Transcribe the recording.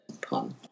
pun